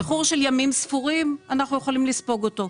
איחור של ימים ספורים אנחנו יכולים לספוג אותו.